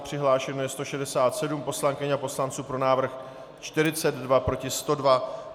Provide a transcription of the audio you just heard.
Přihlášeno je 167 poslankyň a poslanců, pro návrh 42, proti 102.